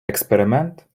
експеримент